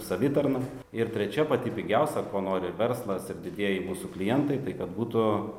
savitarną ir trečia pati pigiausia ko nori ir verslas ir didieji mūsų klientai tai kad būtų